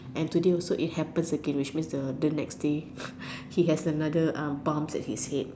and today it also happens again which means the next day he has another uh bumps at his head